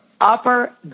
upper